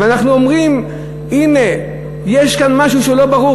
אבל אנחנו אומרים: הנה, יש כאן משהו שהוא לא ברור.